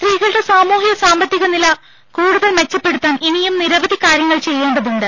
സ്ത്രീകളുടെ സാമൂഹ്യ സാമ്പത്തിക നില കൂടുതൽ മെച്ചപ്പെടുത്താൻ ഇനിയും നിരവധി കാര്യങ്ങൾ ചെയ്യേണ്ടതുണ്ട്